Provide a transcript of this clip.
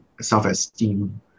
self-esteem